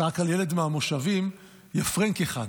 צעק על ילד מהמושבים: יא פרענק אחד.